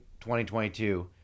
2022